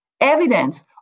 evidence